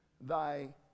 thy